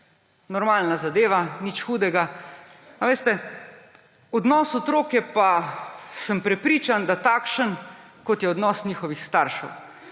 normalna zadeva, nič hudega. A veste, odnos otrok je pa, sem prepričan, da takšen, kot je odnos njihovih staršev.